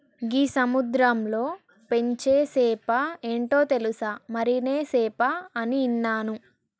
గీ సముద్రంలో పెంచే సేప ఏంటో తెలుసా, మరినే సేప అని ఇన్నాను